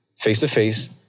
face-to-face